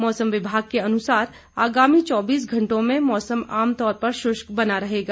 मौसम विभाग के अनुसार आगामी चौबीस घंटों में मौसम आमतौर पर श्रष्क बना रहेगा